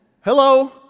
Hello